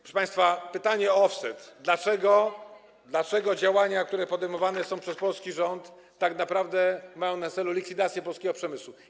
Proszę państwa, pytanie o offset: Dlaczego działania, które podejmowane są przez polski rząd, tak naprawdę mają na celu likwidację polskiego przemysłu?